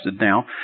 now